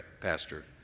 pastor